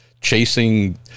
chasing